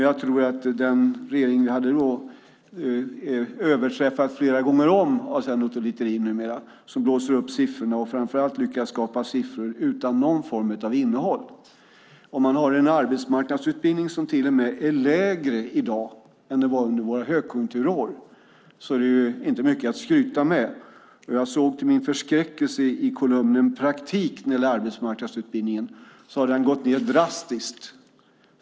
Jag tror att den regering vi hade då numera överträffas flera gånger om av Sven Otto Littorin själv, som blåser upp siffrorna och framför allt lyckas skapa siffror utan någon form av innehåll. Om man har en arbetsmarknadsutbildning som till och med är lägre i dag än den var under våra högkonjunkturår är det inte mycket att skryta med. Jag såg till min förskräckelse i kolumnen "Praktik" när det gäller arbetsmarknadsutbildning att den har gått ned drastiskt.